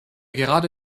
gerade